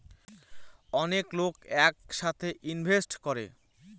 অনেক লোক এক সাথে ইনভেস্ট করে